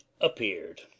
appeared